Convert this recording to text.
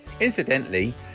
Incidentally